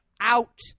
out